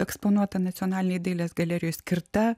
eksponuota nacionalinėj dailės galerijoj skirta